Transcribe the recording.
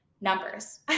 numbers